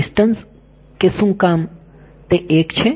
distance કે શું કામ તે 1 છે